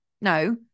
no